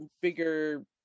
bigger